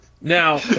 Now